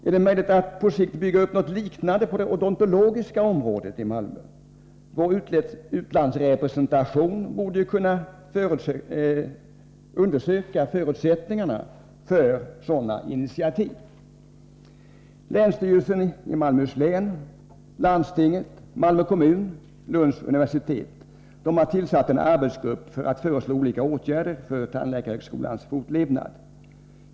Är det möjligt att på sikt bygga upp något liknande i Malmö på det odontologiska området? Vår utlandsrepresentation bör kunna undersöka förutsättningarna för sådana initiativ. Länsstyrelsen i Malmöhus län, landstinget, Malmö kommun och Lunds universitet har tillsatt en arbetsgrupp med uppgift att föreslå olika åtgärder för tandläkarhögskolans fortlevnad.